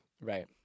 right